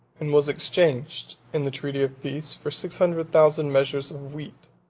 and was exchanged, in the treaty of peace, for six hundred thousand measures of wheat.